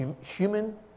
human